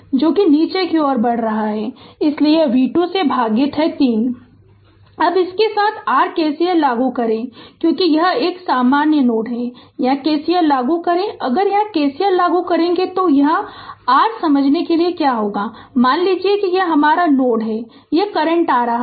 तो नीचे की ओर बढ़ रहा है इसलिए यह v 2 भागित 3 है अब इसके साथ r K C L लागू करें क्योंकि यह एक सामान्य नोड है यहां K C L लागू करें अगर यहां K C L लागू करें तो r समझने के लिए क्या होगा मान लीजिए यह हमारा नोड है यह करंट आ रहा है